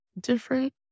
different